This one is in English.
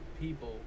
people